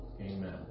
Amen